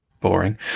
boring